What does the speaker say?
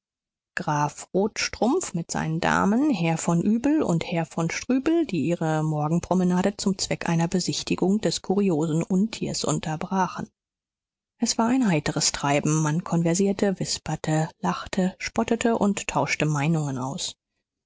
rotstrumpf mit seinen damen herr von übel und herr von strübel die ihre morgenpromenade zum zweck einer besichtigung des kuriosen untiers unterbrachen es war ein heiteres treiben man konversierte wisperte lachte spottete und tauschte meinungen aus